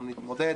אנחנו נתמודד,